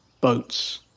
boats